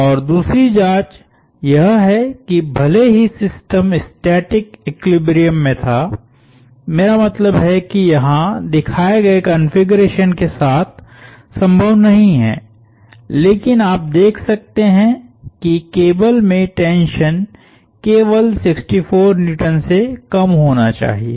और दूसरी जांच यह है कि भले ही सिस्टम स्टैटिक इक्विलिब्रियम में था मेरा मतलब है कि यहां दिखाए गए कॉन्फ़िगरेशन के साथ संभव नहीं है लेकिन आप देख सकते हैं कि केबल में टेंशन केवल 64N से कम होना चाहिए